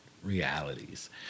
realities